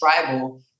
Tribal